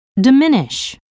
diminish